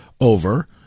over